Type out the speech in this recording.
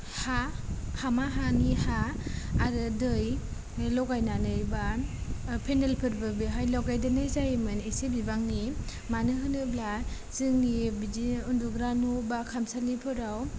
हा हामा हानि हा आरो दै बे लगायनानै बा फेनेलफोरबो बेहाय लगायदेरनाय जायोमोन एसे बिबांनि मानो होनोब्ला जोंनि बिदि उन्दुग्रा न' एबा खामसालिफोराव